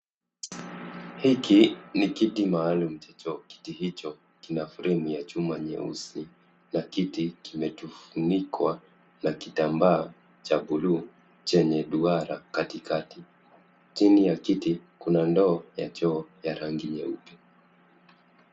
Hiki ni kiti maalum cha choo. Kiti hicho kina fremu ya chuma nyeusi na kiti kimefunikwa na kitambaa cha buluu chenye duara katikati . Chini ya kiti kuna ndoo ya choo ya rangi nyeupe.